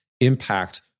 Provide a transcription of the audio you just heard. impact